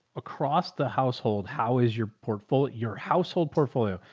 across the household, how is your portfolio, your household portfolio,